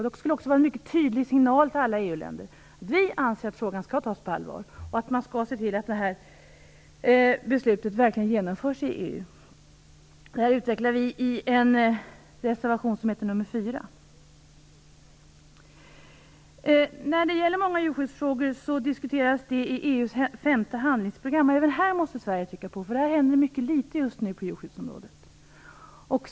Det skulle också vara en mycket tydlig signal till alla EU-länder att vi anser att frågan skall tas på allvar och att man skall se till att detta beslut verkligen genomförs inom EU. Detta utvecklar vi i reservation 4. Många djurskyddsfrågor diskuteras i EU:s femte handlingsprogram. Även i detta sammanhang måste Sverige trycka på, eftersom det just nu händer ganska litet på djurskyddsområdet.